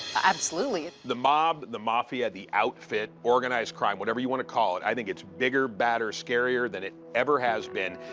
absolutely. the mob, the mafia, the outfit, organized crime, whatever you want to call it i think it's bigger, badder, scarier than it ever has been.